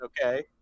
okay